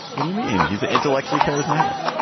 what do you mean? he's intellectually charismatic.